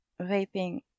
vaping